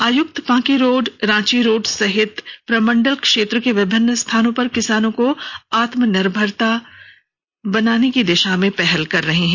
आयुक्त Panki road Ranchi road सहित प्रमंडल क्षेत्र के विभिन्न स्थानों पर किसानों को आत्मनिर्भरता बनाने के दिशा में पहल कर रहे हैं